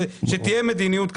שתהיה מדיניות כזו.